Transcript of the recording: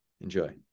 Enjoy